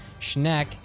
Schneck